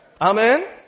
Amen